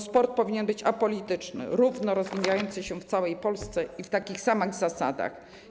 Sport powinien być apolityczny, równo rozwijający się w całej Polsce i na takich samych zasadach.